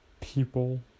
people